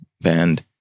band